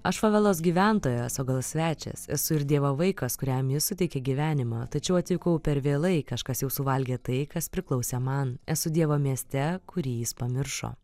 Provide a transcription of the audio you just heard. aš favelos gyventojas o gal svečias esu ir dievo vaikas kuriam jis suteikė gyvenimą tačiau atvykau per vėlai kažkas jau suvalgė tai kas priklausė man esu dievo mieste kurį jis pamiršo